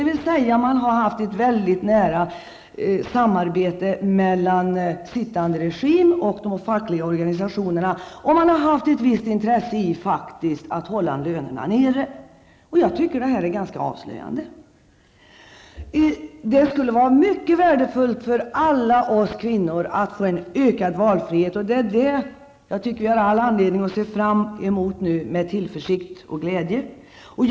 Man har således haft ett mycket nära samarbete mellan sittande regim och de fackliga organisationerna, och man har faktiskt haft ett visst intresse av att hålla lönerna nere. Jag tycker att detta är ganska avslöjande. Det skulle vara mycket värdefullt för alla oss kvinnor att få en ökad valfrihet, och jag tycker att vi nu har all anledning att med tillförsikt och glädje se fram emot detta.